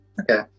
Okay